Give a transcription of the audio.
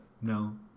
no